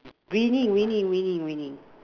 winning winning winning winning